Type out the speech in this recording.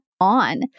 on